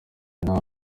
n’abo